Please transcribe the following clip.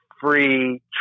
free